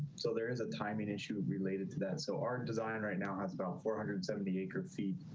so there is a timing issue related to that. so our design right now has about four hundred and seventy acre feet.